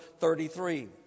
33